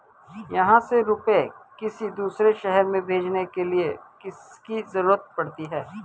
यहाँ से रुपये किसी दूसरे शहर में भेजने के लिए किसकी जरूरत पड़ती है?